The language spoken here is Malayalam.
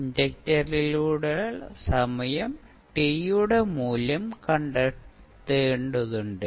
ഇൻഡക്റ്ററിലൂടെ സമയം ടി യുടെ മൂല്യം കണ്ടെത്തേണ്ടതുണ്ട്